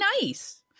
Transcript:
nice